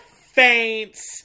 faints